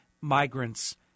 migrants